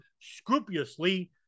scrupulously